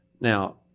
Now